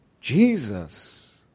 Jesus